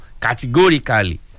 categorically